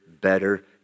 better